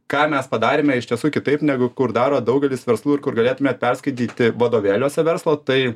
ką mes padarėme iš tiesų kitaip negu kur daro daugelis verslų ir kur galėtumėt perskaityti vadovėliuose verslo tai